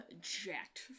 jacked